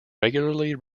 regularly